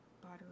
butter